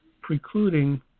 precluding